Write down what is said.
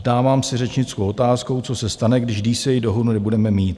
Dávám si řečnickou otázkou, co se stane, když DCA dohodu nebudeme mít?